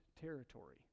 territory